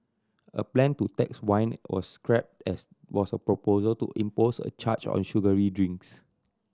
a plan to tax wine was scrapped as was a proposal to impose a charge on sugary drinks